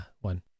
one